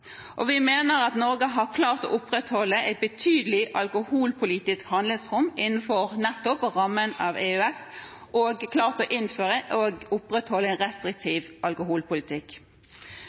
Vi mener at Norge har klart å opprettholde et betydelig alkoholpolitisk handlingsrom innenfor nettopp rammen av EØS og klart å innføre og opprettholde en restriktiv alkoholpolitikk.